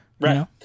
Right